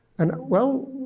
and, well,